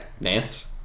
Nance